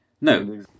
No